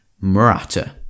Murata